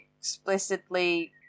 explicitly